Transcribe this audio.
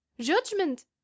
judgment